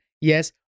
yes